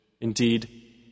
Indeed